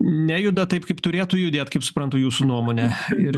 nejuda taip kaip turėtų judėt kaip suprantu jūsų nuomone ir